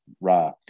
Ra